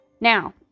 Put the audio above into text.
Now